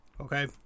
Okay